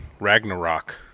Ragnarok